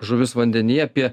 žuvis vandenyje apie